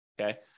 Okay